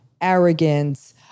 arrogance